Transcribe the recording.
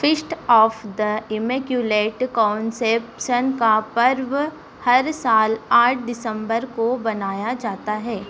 feast of the Immaculate Conception का पर्व हर साल आठ दिसंबर को मनाया जाता है